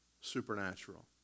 supernatural